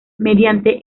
mediante